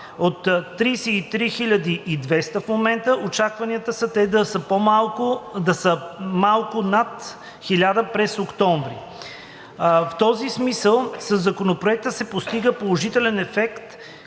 От 33 200 в момента, очакванията са те да са малко над 1000 през октомври. В този смисъл със Законопроекта се постига положителен ефект,